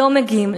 לא מגיעים.